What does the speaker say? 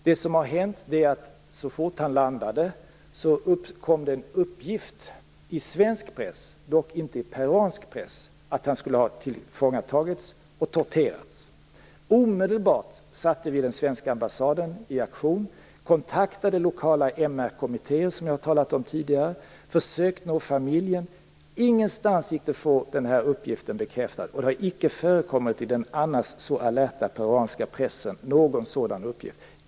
Det som har hänt är att så fort han landade förekom det en uppgift i svensk press, dock inte i peruansk press, om att han skulle ha tillfångatagits och torterats. Vi satte omedelbart den svenska ambassaden i aktion, kontaktade lokala MR-kommittéer som jag har talat om tidigare och försökte nå familjen. Ingenstans gick det att få uppgiften bekräftad. Det har icke heller i den annars så alerta peruanska pressen förekommit någon sådan uppgift.